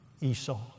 Esau